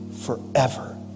forever